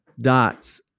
dots